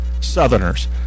southerners